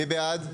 מי בעד?